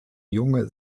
junge